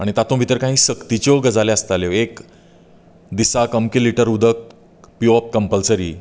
आनी तांतु भितर कांय सक्तीच्यो गजाली आसताल्यो एक दिसाक अमकें लिटर उदक पिवप कंपलसरी